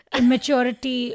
immaturity